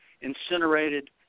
incinerated